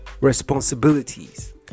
Responsibilities